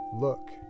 Look